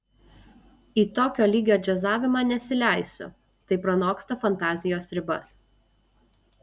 į tokio lygio džiazavimą nesileisiu tai pranoksta fantazijos ribas